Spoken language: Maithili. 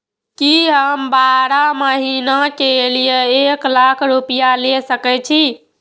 की हम बारह महीना के लिए एक लाख रूपया ले सके छी?